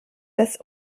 das